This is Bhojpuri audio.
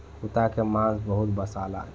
कुता के मांस बहुते बासाला